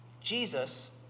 Jesus